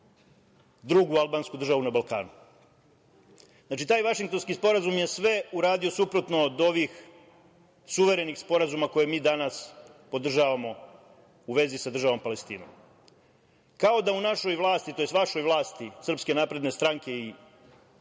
drugu albansku državu na Balkanu. Znači, taj Vašingtonski sporazum je sve uradio suprotno od ovih suverenih sporazuma koje mi danas podržavamo u vezi sa državom Palestinom. Kao da u našoj vlasti, tj. vašoj vlasti SNS i pratećih stranaka